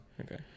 Okay